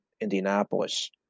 Indianapolis –